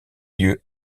lieu